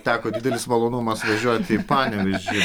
teko didelis malonumas važiuoti į panevėžį